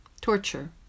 torture